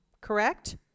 Correct